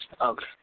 Okay